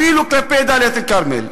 אפילו כלפי דאלית-אלכרמל.